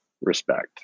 respect